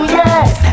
yes